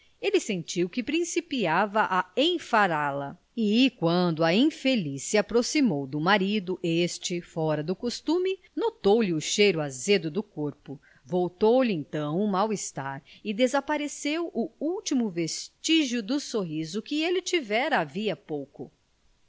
ele sentiu que principiava a enfará lo e quando a infeliz se aproximou do marido este fora do costume notou lhe o cheiro azedo do corpo voltou-lhe então o mal-estar e desapareceu o último vestígio do sorriso que ele tivera havia pouco